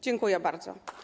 Dziękuję bardzo.